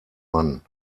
mann